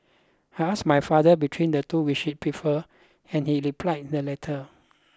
I asked my father between the two which he preferred and he replied the latter